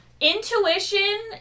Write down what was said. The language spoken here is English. intuition